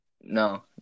No